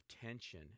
tension